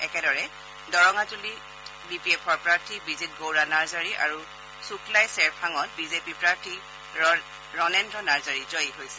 একেদৰে দৰঙাজূলিত B P এফৰ প্ৰাৰ্থী বিজিত গৌৰা নাৰ্জাৰী আৰু শুক্লাই চেৰফাঙত বিজেপি প্ৰাৰ্থী ৰনেন্দ্ৰ নাৰ্জাৰী জয়ী হৈছে